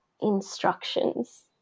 instructions